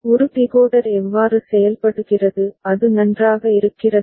ஒரு டிகோடர் எவ்வாறு செயல்படுகிறது அது நன்றாக இருக்கிறதா